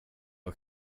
var